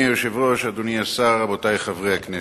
אדוני היושב-ראש, אדוני השר, רבותי חברי הכנסת,